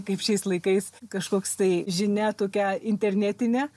kaip šiais laikais kažkoks tai žinią tokią internetinę